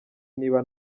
niba